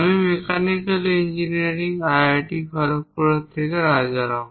আমি mechanical engineering IIT Kharagpur থেকে রাজারাম